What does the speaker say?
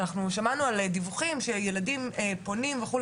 שמענו דיווחים שילדים פונים וכו'.